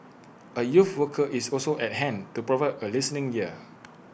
A youth worker is also at hand to provide A listening ear